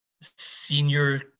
senior